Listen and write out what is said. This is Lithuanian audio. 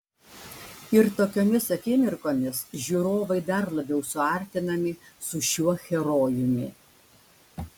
ir tokiomis akimirkomis žiūrovai dar labiau suartinami su šiuo herojumi